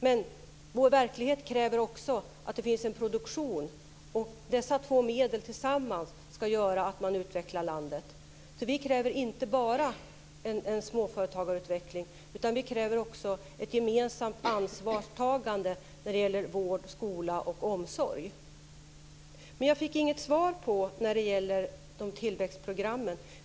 Men vår verklighet kräver också att det finns en produktion. Dessa två medel tillsammans ska göra att man utvecklar landet. Vi kräver alltså inte bara en småföretagarutveckling, utan vi kräver också ett gemensamt ansvarstagande när det gäller vård, skola och omsorg. Men jag fick inget svar när det gäller tillväxtprogrammen.